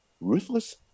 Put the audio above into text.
ruthless